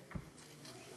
מיושן.